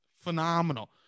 Phenomenal